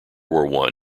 war